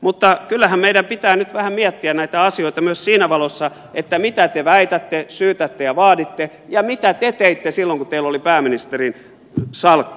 mutta kyllähän meidän pitää nyt vähän miettiä näitä asioita myös siinä valossa mitä te väitätte syytätte ja vaaditte ja mitä te teitte silloin kun teillä oli pääministerin salkku